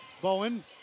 Bowen